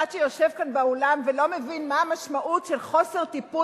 וכל אחד שיושב כאן באולם ולא מבין מה המשמעות של חוסר טיפול